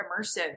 immersive